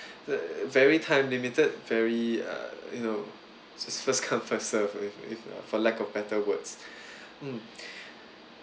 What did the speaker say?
uh very time limited very uh you know so first come first serve with with for lack of better words mm